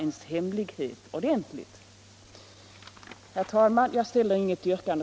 Jag har inget yrkande.